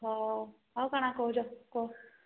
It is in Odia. ହଉ ହଉ କ'ଣ କହୁଛ କୁହ